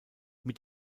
mit